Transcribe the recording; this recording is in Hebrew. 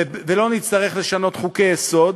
ולא נצטרך לשנות חוקי-יסוד.